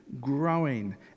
growing